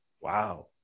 wow